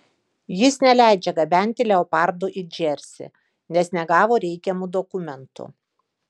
jis neleidžia gabenti leopardų į džersį nes negavo reikiamų dokumentų